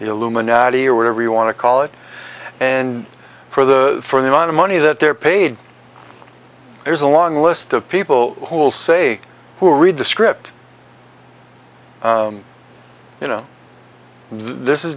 the illuminati or whatever you want to call it and for the for the amount of money that they're paid there's a long list of people who will say who read the script you know this is